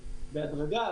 בהדרגה,